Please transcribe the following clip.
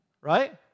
Right